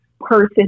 person